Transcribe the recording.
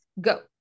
Go